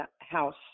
house